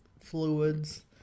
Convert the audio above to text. fluids